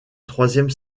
troisième